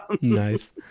Nice